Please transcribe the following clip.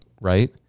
right